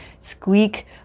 squeak